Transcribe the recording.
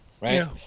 right